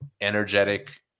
energetic